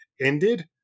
ended